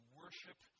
worship